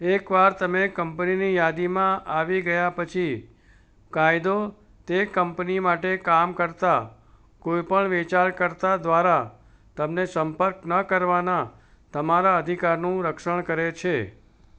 એકવાર તમે કંપનીની યાદીમાં આવી ગયા પછી કાયદો તે કંપની માટે કામ કરતા કોઈ પણ વેચાણકર્તા દ્વારા તમને સંપર્ક ન કરવાના તમારા અધિકારનું રક્ષણ કરે છે